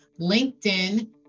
LinkedIn